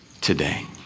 today